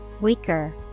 weaker